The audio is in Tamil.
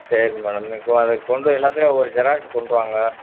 சரி மேடம் இன்றைக்கு அதைக் கொண்டு எல்லாத்திலையும் ஒவ்வொரு ஜெராக்ஸ் கொண்டு வாங்க